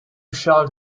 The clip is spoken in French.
charles